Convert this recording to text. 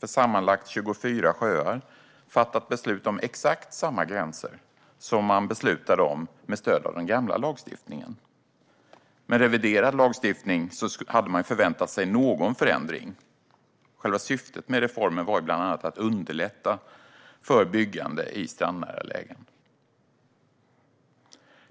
för sammanlagt 24 sjöar har fattat beslut om exakt samma gränser som man beslutade om med stöd av den gamla lagstiftningen. Med en reviderad lagstiftning hade man förväntat sig någon förändring. Själva syftet med reformen var ju bland annat att underlätta för byggande i strandnära lägen.